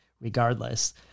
regardless